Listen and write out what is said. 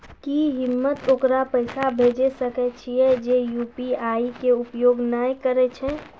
की हम्मय ओकरा पैसा भेजै सकय छियै जे यु.पी.आई के उपयोग नए करे छै?